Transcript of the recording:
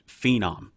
phenom